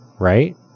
Right